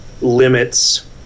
limits